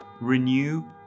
renew